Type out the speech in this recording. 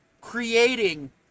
creating